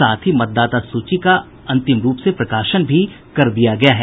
साथ ही मतदाता सूची का अंतिम रूप से प्रकाशन भी कर दिया गया है